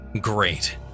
Great